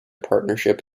partnership